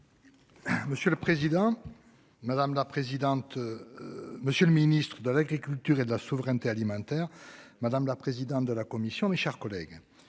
Monsieur le président. Madame la présidente. Monsieur le Ministre de l'Agriculture et de la souveraineté alimentaire. Madame la présidente de la commission. Mes chers collègues.